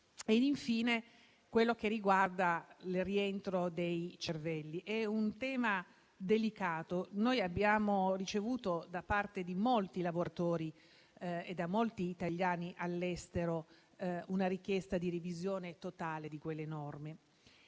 Infine, per quanto riguarda il rientro dei cervelli, si tratta di un tema delicato: noi abbiamo ricevuto da parte di molti lavoratori e di molti italiani all'estero una richiesta di revisione totale di quelle norme.